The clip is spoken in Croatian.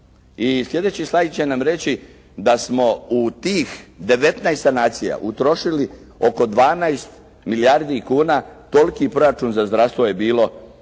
I sljedeći «slajd» će nam reći da smo u tih 19 sanacija utrošili oko 12 milijardi kuna. Toliki proračun za zdravstvo je bilo,